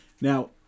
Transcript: Now